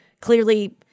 clearly